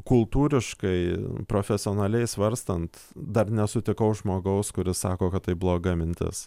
kultūriškai profesionaliai svarstant dar nesutikau žmogaus kuris sako kad tai bloga mintis